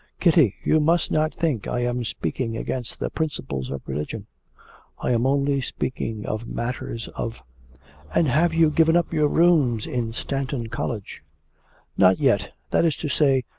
kitty, you must not think i am speaking against the principles of religion i am only speaking of matters of and have you given up your rooms in stanton college not yet that is to say,